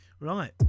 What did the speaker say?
Right